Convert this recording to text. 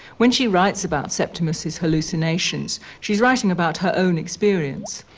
when she writes about septimus's hallucinations, she's writing about her own experience.